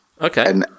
Okay